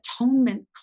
atonement